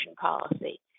policy